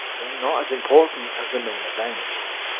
they're not as important as the main events.